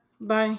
Bye